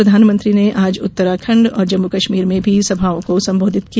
प्रधानमंत्री ने आज उत्तराखंड और जम्मू कश्मीर में भी सभाओं को संबोधित किया